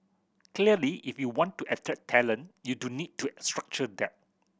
clearly if you want to attract talent you do need to structure that